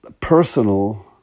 personal